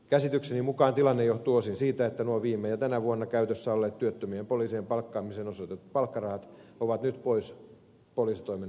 käsitykseni mukaan tilanne johtuu osin siitä että nuo viime ja tänä vuonna käytössä olleet työttömien poliisien palkkaamiseen osoitetut palkkarahat ovat nyt pois poliisitoimen menoarviosta